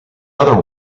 other